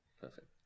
Perfect